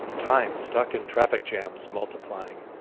time stuck in traffic jams multiplying.